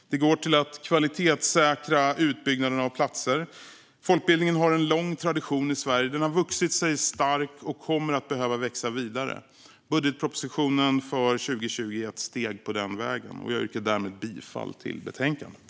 Detta går till att kvalitetssäkra utbyggnaden av platser. Folkbildningen har en lång tradition i Sverige. Den har vuxit sig stark och kommer att behöva växa vidare. Budgetpropositionen för 2020 är ett steg på den vägen. Jag yrkar härmed bifall till förslaget i betänkandet.